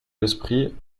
l’esprit